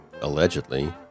allegedly